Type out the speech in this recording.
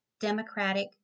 Democratic